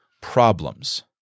problems